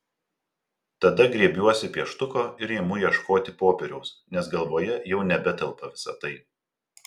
tada griebiuosi pieštuko ir imu ieškoti popieriaus nes galvoje jau nebetelpa visa tai